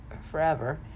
forever